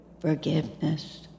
forgiveness